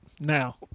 now